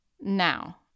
now